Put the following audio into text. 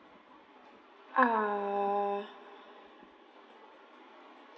uh